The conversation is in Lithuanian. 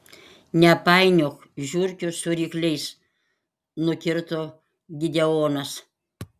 nepainiok žiurkių su rykliais nukirto gideonas